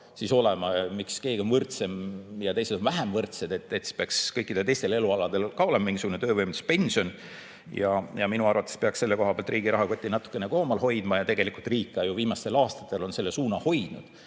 olema. Miks keegi on võrdsem ja teised vähem võrdsed? Siis peaks kõikidel teistel elualadel ka olema mingisugune töövõimetuspension. Minu arvates peaks selle koha pealt riigi rahakoti natukene koomal hoidma. Tegelikult on riik viimastel aastatel võtnud selle suuna,